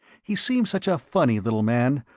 he seemed such a funny little man,